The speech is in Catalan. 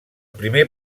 primer